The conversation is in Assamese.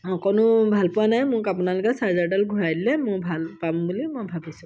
অকনো ভাল পোৱা নাই মোক আপোনালোকে চাৰ্জাৰডাল ঘূৰাই দিলে মই ভাল পাম বুলি মই ভাবিছোঁ